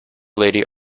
lady